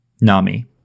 Nami